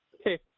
Okay